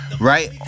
Right